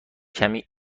کمی